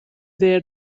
their